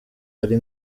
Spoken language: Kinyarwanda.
ari